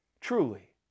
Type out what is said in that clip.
Truly